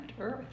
Earth